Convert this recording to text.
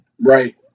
right